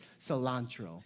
cilantro